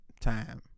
time